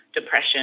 depression